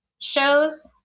shows